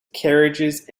carriages